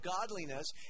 godliness